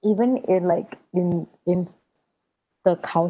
even in like in in the cultures